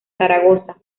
zaragoza